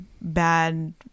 bad